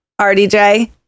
rdj